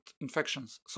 infections